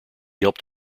helped